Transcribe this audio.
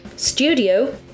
Studio